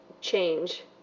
change